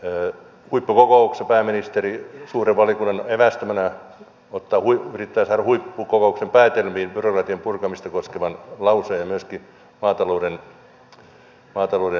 nyt huippukokouksessa pääministeri suuren valiokunnan evästämänä yrittää saada huippukokouksen päätelmiin byrokratian purkamista koskevan lauseen ja myöskin maatalouden tilanteen